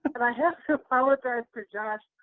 but i have to apologize for josh.